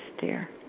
dear